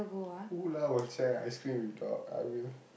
who lah will share ice cream with dog I will